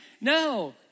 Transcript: No